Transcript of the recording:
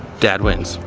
dad wins.